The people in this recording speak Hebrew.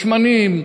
בשמנים,